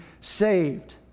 saved